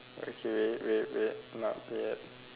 okay wait wait wait not yet